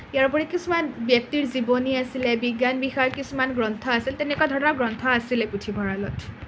ইয়াৰ উপৰিও কিছুমান ব্যক্তিৰ জীৱনী আছিলে বিজ্ঞান বিষয়ৰ কিছুমান গ্ৰন্থ আছিল তেনেকুৱা ধৰণৰ গ্ৰন্থ আছিলে পুথিভঁৰালত